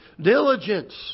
Diligence